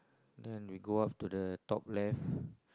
then we go up to the top left